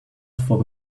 for